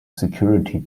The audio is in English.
security